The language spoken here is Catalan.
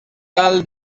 tal